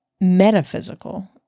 metaphysical